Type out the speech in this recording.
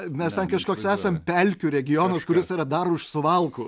mes ten kažkoks esam pelkių regionas kuris yra dar už suvalkų